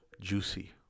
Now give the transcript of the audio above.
juicy